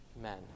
men